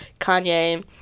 Kanye